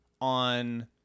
on